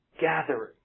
gathering